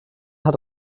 hat